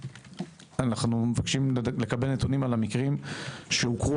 אנחנו מבקשים לקבל נתונים על המקרים שהוכרו